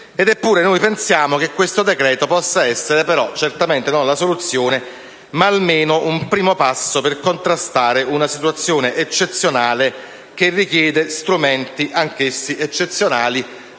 eppure pensiamo che questo decreto possa essere, se non certamente la soluzione, almeno un primo passo per contrastare una situazione eccezionale che richiede strumenti anch'essi eccezionali,